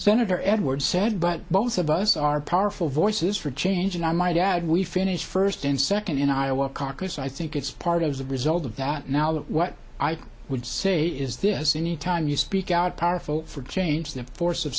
senator edwards said but both of us are powerful voices for change and i might add we finished first and second in iowa caucus i think it's part of the result of that now what i would say is this any time you speak out powerful for change the force of